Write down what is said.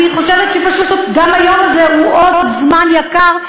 אני חושבת שפשוט גם היום הזה הוא עוד זמן יקר,